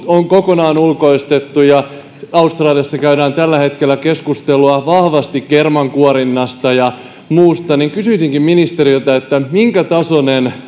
on kokonaan ulkoistettu ja australiassa käydään tällä hetkellä keskustelua vahvasti kermankuorinnasta ja muusta kysyisinkin ministeriltä minkätasoinen